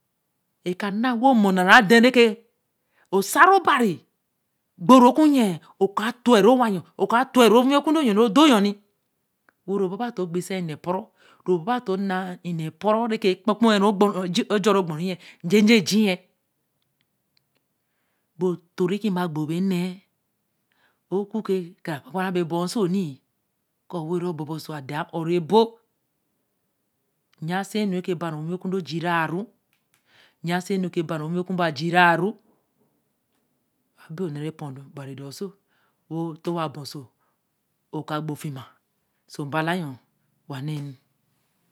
eka na wen o mur na re den re ke, osaro obari gbo ru o ku yen o ka to wa wa yo, o ka tor wa re owi ku yo o do yo ni, we ru ba ba toō kpbin se ena poru, ru ba ba toō na ene poru re ke epkun kpkun ru jorre or bor ru yen, njenje ejiyen, bo toe re ka ma gbo be ne o ku ke ka ra kpa kpa ra be bai oso ni, ko wo ban bon o so a den a or ru bo yen si enu re ke ban ru owi o ku dōo jira ru, yen si enu ke ban ru owi oku mba jira ru, wa be ne re po obari dor oso to wa ban so ō ka gbo nfima so nmba ta yo wa na nu